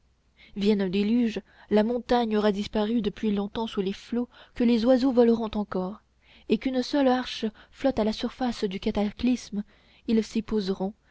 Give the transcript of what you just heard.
vienne un déluge la montagne aura disparu depuis longtemps sous les flots que les oiseaux voleront encore et qu'une seule arche flotte à la surface du cataclysme ils